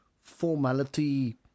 formality